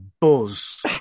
buzz